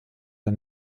der